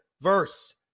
verse